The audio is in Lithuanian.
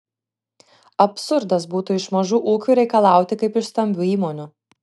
absurdas būtų iš mažų ūkių reikalauti kaip iš stambių įmonių